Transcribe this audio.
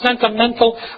sentimental